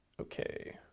ok,